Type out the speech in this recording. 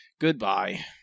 Goodbye